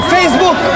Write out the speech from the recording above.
Facebook